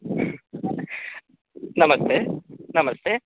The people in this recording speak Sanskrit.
नमस्ते नमस्ते